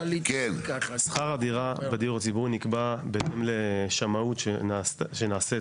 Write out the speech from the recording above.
שכר הדירה בדיור הציבורי נקבע בהתאם לשמאות שנעשית